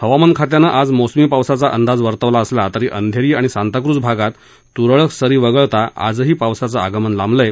हवामान खात्यानं आज मोसमी पावसाचा अंदाज वर्तवला असला तरी अंधेरी आणि सांताक्रूझ भगात त्रळक सरी वगळता आजही पावसाचं आगमन लांबलं आहे